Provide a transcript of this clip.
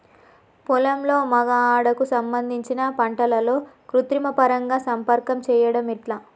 పొలంలో మగ ఆడ కు సంబంధించిన పంటలలో కృత్రిమ పరంగా సంపర్కం చెయ్యడం ఎట్ల?